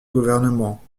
gouvernement